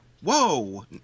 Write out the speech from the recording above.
Whoa